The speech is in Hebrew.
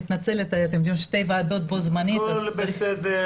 מתנצלת, היו שתי ועדות בו זמנית --- הכול בסדר.